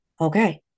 okay